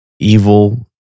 Evil